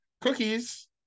Cookies